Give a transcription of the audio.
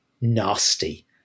nasty